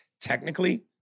Technically